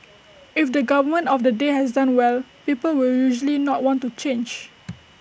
if the government of the day has done well people will usually not want to change